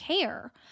care